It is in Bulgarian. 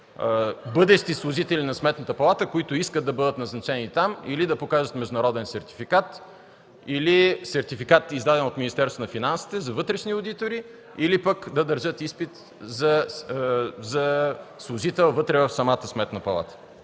бъдещи служители на Сметната палата, които искат да бъдат назначени там, или да покажат международен сертификат, или сертификат, издаден от Министерството на финансите за вътрешни одитори, или пък да държат изпити за служител вътре в самата Сметна палата.